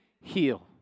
heal